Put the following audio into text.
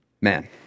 Man